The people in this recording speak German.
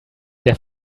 der